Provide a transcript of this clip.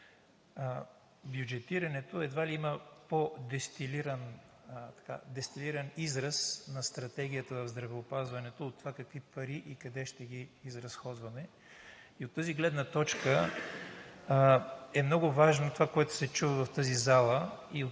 Бюджетирането едва ли има по-дестилиран израз на стратегията в здравеопазването от това какви пари и къде ще ги изразходваме? И от тази гледна точка е много важно това, което се чу в залата